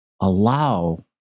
allow